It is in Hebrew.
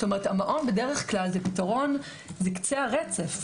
זאת אומרת, המעון בדרך כלל זה פתרון בקצה הרצף.